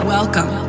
Welcome